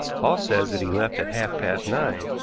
hall says that he left at half-past nine,